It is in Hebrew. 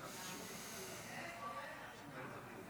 השרים, חבריי חברי הכנסת,